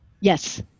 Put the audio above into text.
Yes